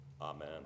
Amen